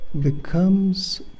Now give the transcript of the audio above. becomes